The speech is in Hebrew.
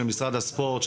של משרד הספורט,